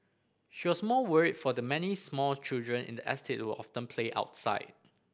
she was more worried for the many small children in the estate who often play outside